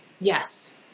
Yes